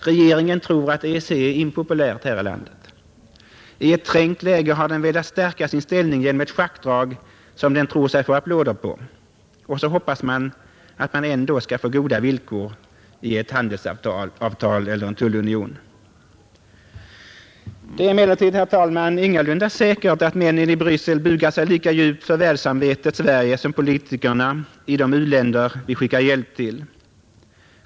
Regeringen tror att EEC är impopulärt här i landet. I ett trängt läge har den velat stärka sin ställning genom ett schackdrag, som den tror sig få applåder för. Och så hoppas man, att man ändå skall få goda villkor i ett handelsavtal eller en tullunion, Det är emellertid, herr talman, ingalunda säkert att männen i Bryssel bugar sig lika djupt för världssamvetet Sverige som politikerna i de u-länder vi skickar hjälp till.